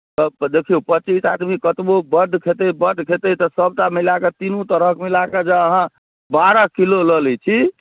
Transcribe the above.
देखियौ पच्चीस आदमी कतबो बड्ड खेतै बड्ड खेतै तऽ सभटा मिला कऽ तीनू तरहक मिलाके जँ अहाँ बारह किलो लऽ लैत छी